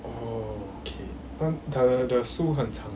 orh okay 但 the the 书很长